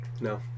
No